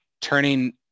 turning